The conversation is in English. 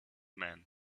man